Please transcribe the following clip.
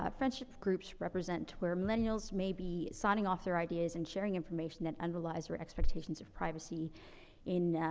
ah friendship groups represent where millennials may be signing off their ideas and sharing information that underlies their expectations of privacy in, ah,